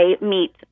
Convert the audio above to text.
meet